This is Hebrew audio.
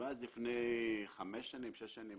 ואז לפני חמש או שש שנים,